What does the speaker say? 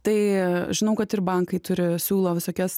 tai žinau kad ir bankai turi siūlo visokias